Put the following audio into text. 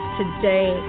today